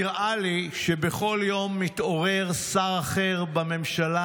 נראה לי שבכל יום מתעורר שר אחר בממשלה